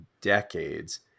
decades